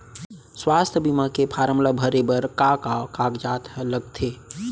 स्वास्थ्य बीमा के फॉर्म ल भरे बर का का कागजात ह लगथे?